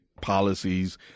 policies